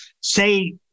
say